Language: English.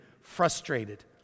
frustrated